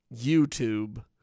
YouTube